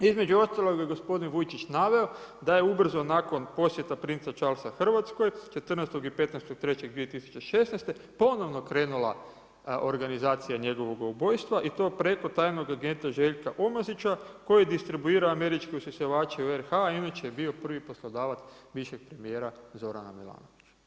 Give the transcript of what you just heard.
Između ostalog je gospodin Vujčić naveo da je ubrzo nakon posjeta princa Charlesa Hrvatskoj 14. i 15.3.2016. ponovno krenula organizacija njegovoga ubojstva i to preko tajnog agenta Željka Omazića koji distribuira američke usisavače u RH, inače je bio prvi poslodavac bivšeg premijera Zorana Milanovića.